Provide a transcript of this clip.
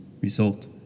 Result